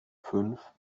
fünf